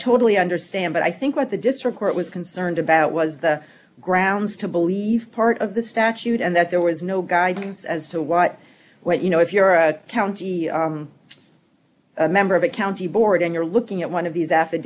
totally understand but i think what the district court was concerned about was the grounds to believe part of the statute and that there was no guidelines as to what went you know if you're a county a member of a county board and you're looking at one of these